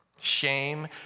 shame